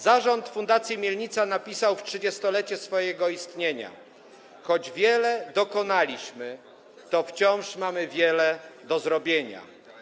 Zarząd Fundacji Mielnica napisał w 30-lecie swojego istnienia: „Choć wiele dokonaliśmy, to wciąż mamy wiele do zrobienia.